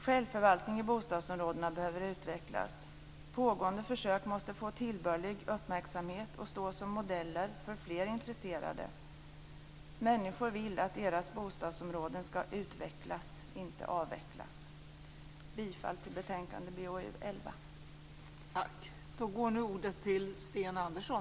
Självförvaltningen i bostadsområdena behöver utvecklas. Pågående försök måste få tillbörlig uppmärksamhet och stå som modeller för fler intresserade. Människor vill att deras bostadsområden skall utvecklas, inte avvecklas. Jag yrkar bifall till hemställan i betänkandet